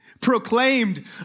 proclaimed